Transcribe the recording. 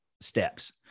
steps